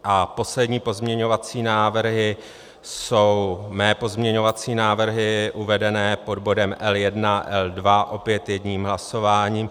A poslední pozměňovací návrhy jsou mé pozměňovací návrhy uvedené pod bodem L1 a L2 opět jedním hlasováním.